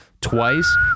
twice